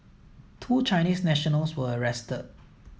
two Chinese nationals were arrested